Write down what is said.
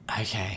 Okay